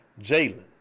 Jalen